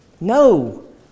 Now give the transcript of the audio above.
No